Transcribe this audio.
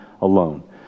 alone